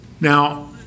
Now